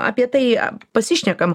apie tai pasišnekam